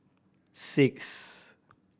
six